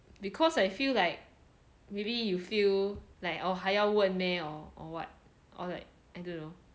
because I feel like maybe you feel like oh 还要问 meh or what or like I don't know